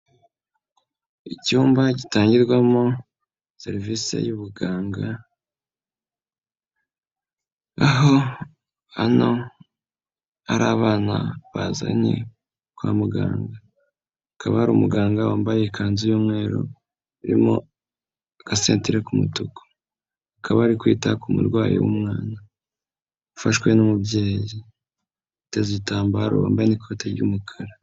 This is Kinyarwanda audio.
Icyumba gitangirwamo serivisi y'ubuganga, aho hano ari abana bazanye kwa muganga. Hakaba ari umuganga wambaye ikanzu y'umweru irimo agasentire k'umutuku, akaba ari kwita ku murwayi w'umwana ufashwe n'umubyeyi yiteze igitambaro wambaye n'ikote ry'umukara.